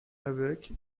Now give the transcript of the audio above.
avec